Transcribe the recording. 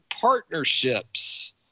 partnerships